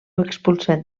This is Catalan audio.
expulsat